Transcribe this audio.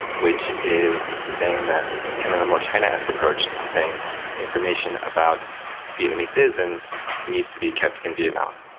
which is saying that kind of a more china-esque approach saying information about vietnamese citizens needs to be kept in vietnam.